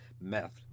Meth